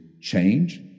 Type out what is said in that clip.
change